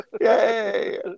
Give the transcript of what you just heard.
Yay